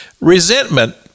resentment